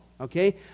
okay